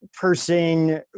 person